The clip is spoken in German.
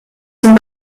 zum